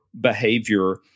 behavior –